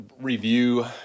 review